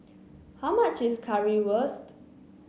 how much is Currywurst